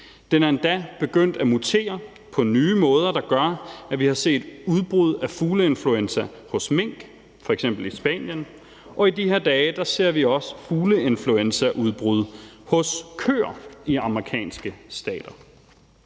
Den er endda begyndt at mutere på nye måder, der gør, at vi har set udbrud af fugleinfluenza hos mink, f.eks. i Spanien, og i de her dage ser vi også fugleinfluenzaudbrud hos køer i amerikanske stater.